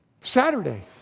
Saturday